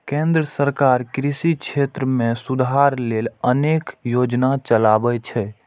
केंद्र सरकार कृषि क्षेत्र मे सुधार लेल अनेक योजना चलाबै छै